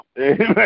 Amen